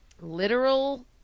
literal